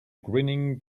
grinning